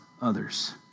others